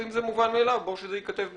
אם זה מובן מאליו ברור שזה ייכתב בחוק.